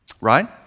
Right